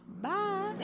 bye